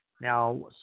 Now